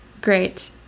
great